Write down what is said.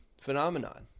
phenomenon